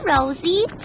Rosie